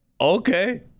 Okay